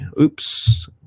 Oops